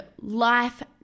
life